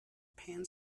pan